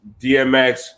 DMX